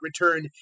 return